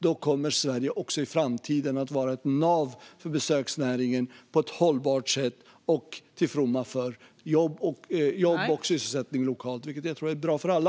Då kommer Sverige också i framtiden att vara ett nav för besöksnäringen på ett hållbart sätt till fromma för jobb och sysselsättning lokalt, vilket jag tror är bra för alla.